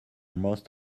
most